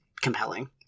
compelling